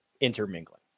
intermingling